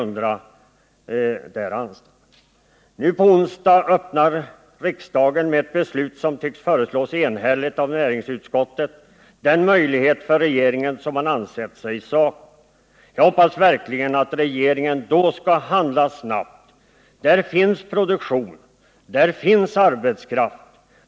Nu på onsdag öppnar riksdagen, med ett beslut som tycks föreslås enhälligt av näringsutskottet, den möjlighet för regeringen som den ansett sig sakna. Jag hoppas verkligen att regeringen då skall handla snabbt. I Klemensnäs finns produktion och arbetskraft.